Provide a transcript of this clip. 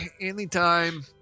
Anytime